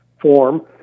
form